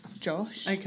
Josh